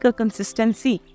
consistency